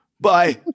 bye